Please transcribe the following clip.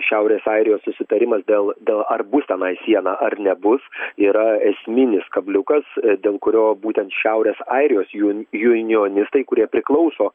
šiaurės airijos susitarimas dėl dėl ar bus tenai siena ar nebus yra esminis kabliukas dėl kurio būtent šiaurės airijos jun juinionistai kurie priklauso